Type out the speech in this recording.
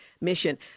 mission